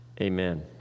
Amen